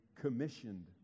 commissioned